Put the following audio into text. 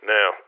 Now